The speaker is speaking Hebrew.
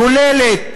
כוללת